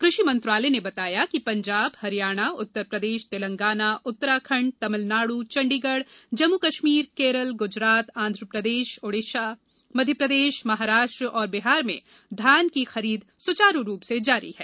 कृषि मंत्रालय ने बताया कि पंजाब हरियाणा उत्तर प्रदेश तेलंगाना उत्तराखंड तमिलनाडु चंडीगढ़ जम्मू कश्मीर केरल गुजरात आंध्रप्रदेश ओडिसा मध्यप्रदेश महाराष्ट्र और बिहार में धान की खरीद सुचारू रूप से जारी है